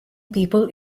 people